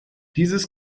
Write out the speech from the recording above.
dieses